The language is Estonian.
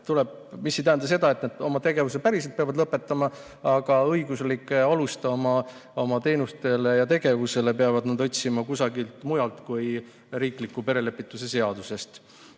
See ei tähenda seda, et nad oma tegevuse päriselt peavad lõpetama, aga õiguslikku alust oma teenustele ja tegevusele peavad nad otsima kusagilt mujalt kui riikliku perelepitus[teenus]e seadusest.